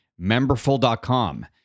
memberful.com